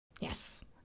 Yes